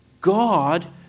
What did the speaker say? God